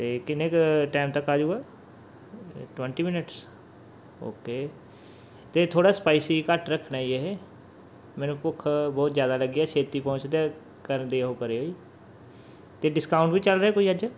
ਇਹ ਕਿੰਨੇ ਕੁ ਟੈਮ ਤੱਕ ਆਜੂਗਾ ਟਵੰਟੀ ਮਿਨਟਸ ਓਕੇ ਅਤੇ ਥੋੜ੍ਹਾ ਸਪਾਈਸੀ ਘੱਟ ਰੱਖਣਾ ਜੀ ਇਹ ਮੈਨੂੰ ਭੁੱਖ ਬਹੁਤ ਜ਼ਿਆਦਾ ਲੱਗੀ ਹੈ ਛੇਤੀ ਪਹੁੰਚਦਾ ਕਰ ਦਿਓ ਉਹ ਕਰਿਓ ਅਤੇ ਡਿਸਕਾਊਂਟ ਵੀ ਚੱਲ ਰਿਹਾ ਕੋਈ ਅੱਜ